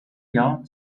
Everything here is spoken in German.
jahr